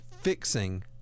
fixing